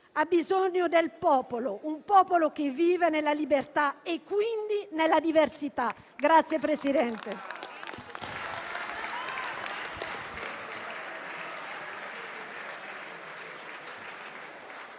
ha bisogno del popolo; un popolo che vive nella libertà e quindi, nella diversità. *(Applausi.